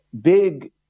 big